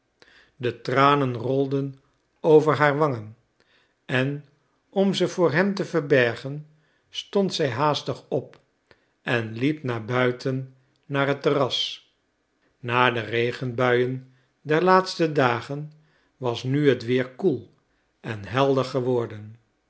de tranen rolden over haar wangen en om ze voor hem te verbergen stond zij haastig op en liep naar buiten naar het terras na de regenbuien der laatste dagen was nu het weer koel en helder geworden